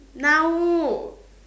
now